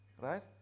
right